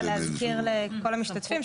אני רק באה להזכיר לכל המשתתפים,